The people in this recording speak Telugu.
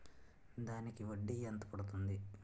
దానికి వడ్డీ ఎంత పడుతుంది?